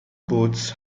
boats